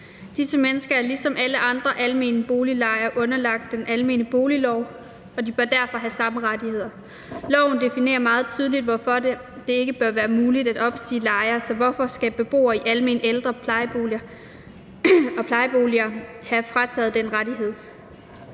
Disse mennesker er ligesom alle andre almene boliglejere underlagt den almene boliglov, og de bør derfor have samme rettigheder. Loven definerer meget tydeligt, hvorfor det ikke bør være muligt at opsige lejere, så hvorfor skal beboere i almene ældre- og plejeboliger have frataget den rettighed?